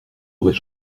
aurait